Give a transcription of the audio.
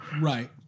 right